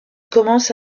commence